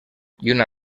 lluna